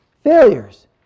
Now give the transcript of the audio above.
Failures